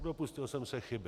Dopustil jsem se chyby.